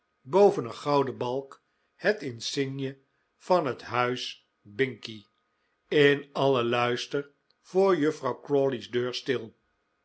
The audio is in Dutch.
boven een gouden balk het insigne van het huis binkie in alien luister voor juffrouw crawley's deur stil